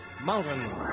Mountain